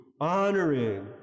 honoring